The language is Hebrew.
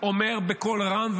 אומר בקול רם,